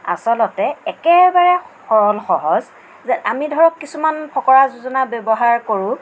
আচলতে একেবাৰে সৰল সহজ যে আমি ধৰক কিছুমান ফকৰা যোজনা ব্যৱহাৰ কৰোঁ